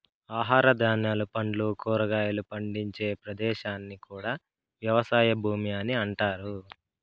ఆహార ధాన్యాలు, పండ్లు, కూరగాయలు పండించే ప్రదేశాన్ని కూడా వ్యవసాయ భూమి అని అంటారు